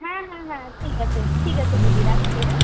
হ্যাঁ হ্যাঁ হ্যাঁ ঠিক আছে ঠিক আছে দিদি রাখছি হ্যাঁ